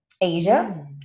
Asia